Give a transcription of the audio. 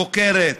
חוקרת,